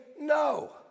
no